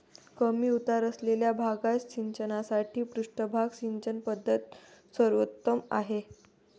कमी उतार असलेल्या भागात सिंचनासाठी पृष्ठभाग सिंचन पद्धत सर्वोत्तम आहे